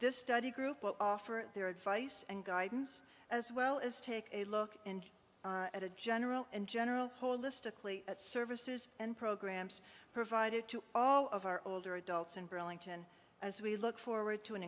this study group for their advice and guidance as well as take a look at a general and general holistically at services and programs provided to all of our older adults in burlington as we look forward to an